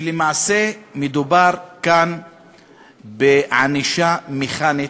שלמעשה מדובר כאן בענישה מכנית,